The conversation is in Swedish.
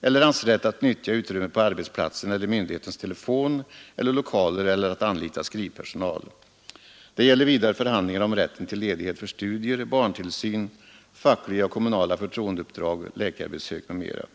hans rätt att nyttja utrymme på arbetsplatsen eller myndighetens telefon eller lokaler eller att anlita skrivpersonal. Det gäller vidare förhandlingar om rätten till ledighet för studier, barntillsyn, fackliga och kommunala förtroendeuppdrag, läkarbesök m.m.